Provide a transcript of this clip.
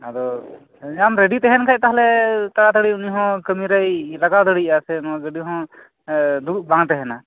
ready ᱛᱟᱦᱮᱱ ᱠᱷᱟᱡ ᱛᱟᱞᱦᱮ ᱛᱟᱲᱟᱼᱛᱟᱲᱤ ᱩᱱᱤ ᱦᱚᱸ ᱠᱟᱹᱢᱤ ᱨᱮᱭ ᱞᱟᱜᱟᱣ ᱫᱟᱲᱮᱭᱟᱜ ᱥᱮ ᱫᱩᱲᱩᱵ ᱵᱟᱝ ᱛᱟᱦᱮᱱᱟ